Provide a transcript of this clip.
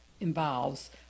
involves